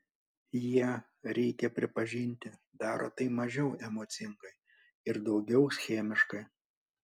jie reikia pripažinti daro tai mažiau emocingai ir daugiau schemiškai